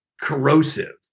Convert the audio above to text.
corrosive